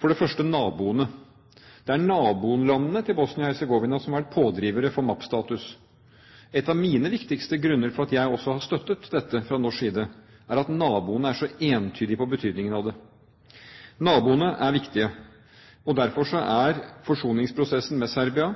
For det første naboene: Det er nabolandene til Bosnia-Hercegovina som har vært pådrivere for MAP-status. En av mine viktigste grunner til at jeg også har støttet dette fra norsk side, er at naboene er så entydige på betydningen av det. Naboene er viktige, og derfor er forsoningsprosessen med Serbia,